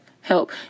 help